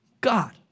God